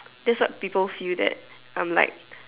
that's what people feel that I'm like